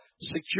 secure